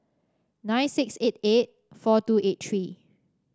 nine six eight eight four two eight three